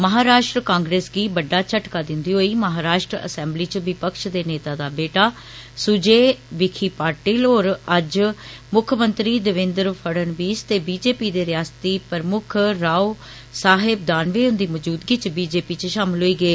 महाराश्ट्र कांग्रेस गी बड्डा झटका दिन्दे होई महाराश्ट्र असैम्बली च विपक्ष दे नेता दा बेटा सूजेय विरवी पाटिल होर अज्ज मुक्खमंत्री देवेन्द्र फडनवीस ते ठश्रच् दे रियासती प्रमुकख राओ साहेव दानवे हुन्दी मजूदगी च ठश्रच् च षामल होई गे